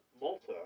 Malta